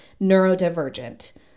neurodivergent